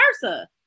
versa